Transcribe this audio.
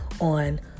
on